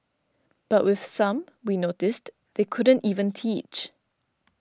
but with some we noticed they couldn't even teach